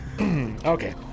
okay